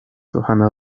kochana